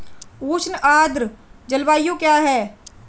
उष्ण आर्द्र जलवायु क्या है?